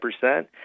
percent